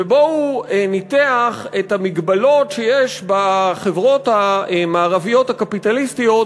ובו הוא ניתח את המגבלות שיש בחברות המערביות הקפיטליסטיות